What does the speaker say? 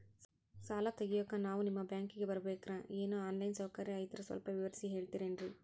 ಸಾಲ ತೆಗಿಯೋಕಾ ನಾವು ನಿಮ್ಮ ಬ್ಯಾಂಕಿಗೆ ಬರಬೇಕ್ರ ಏನು ಆನ್ ಲೈನ್ ಸೌಕರ್ಯ ಐತ್ರ ಸ್ವಲ್ಪ ವಿವರಿಸಿ ಹೇಳ್ತಿರೆನ್ರಿ?